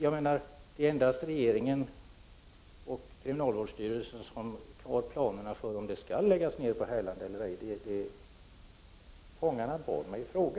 Det är endast regeringen och kriminalvårdsstyrelsen som känner till om Härlanda skall läggas ned eller ej. Jag blev ombedd av fångarna att ställa min fråga.